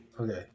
Okay